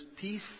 peace